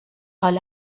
حال